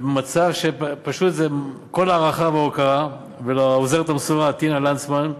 כל ההערכה וההוקרה, לעוזרת המסורה טינה לנצמן,